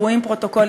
נגד צחי הנגבי,